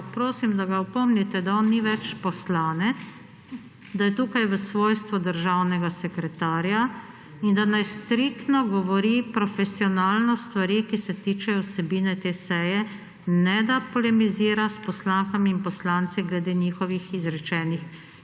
prosim, da ga opomnite, da on ni več poslanec, da je tukaj v svojstvu državnega sekretarja in da naj striktno govori profesionalno stvari, ki se tičejo vsebine te seje, ne da polemizira s poslankami in poslanci glede njihovih izrečenih